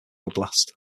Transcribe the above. oblast